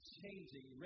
changing